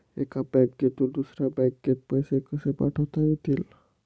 एका बँकेतून दुसऱ्या बँकेत पैसे कसे पाठवता येतील?